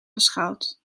beschouwt